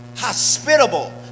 hospitable